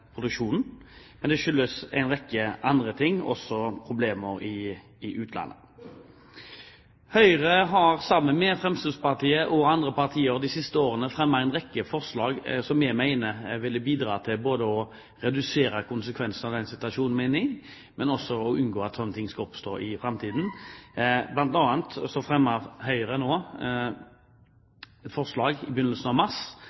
produksjonen, men skyldes en rekke andre ting, også problemer i utlandet. Høyre har sammen med Fremskrittspartiet og andre partier de siste årene fremmet en rekke forslag som vi mener ville bidratt både til å redusere konsekvensene av den situasjonen vi er inne i, og også unngå at slike ting skal oppstå i framtiden. Blant annet fremmet Høyre et forslag i begynnelsen av